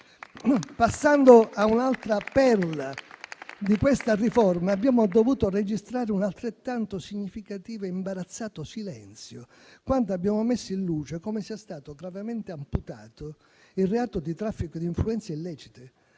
Passando a un'altra perla di questa riforma, abbiamo dovuto registrare un altrettanto significativo e imbarazzato silenzio, quando abbiamo messo in luce come sia stato gravemente amputato il reato di traffico di influenze illecite,